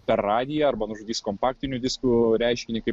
per radiją arba nužudys kompaktinių diskų reiškinį kaip